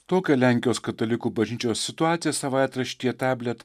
tokią lenkijos katalikų bažnyčios situaciją savaitraštyje tablet